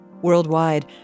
Worldwide